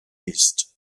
ist